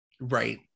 Right